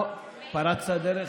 פה פרצת דרך,